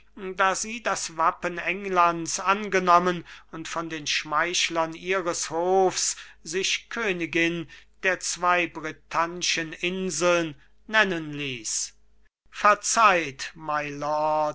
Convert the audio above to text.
da sie das wappen englands angenommen und von den schmeichlern ihres hofs sich königin der zwei britann'schen inseln nennen ließ verzeiht